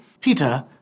Peter